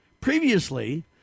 previously